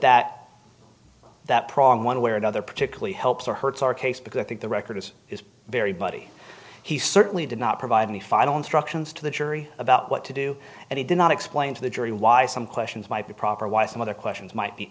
that that prong one way or another particularly helps or hurts our case because i think the record is very muddy he certainly did not provide any final instructions to the jury about what to do and he did not explain to the jury why some questions might be proper why some other questions might be